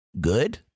good